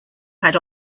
had